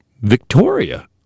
Victoria